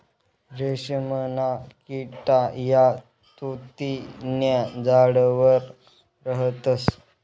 रेशीमना किडा या तुति न्या झाडवर राहतस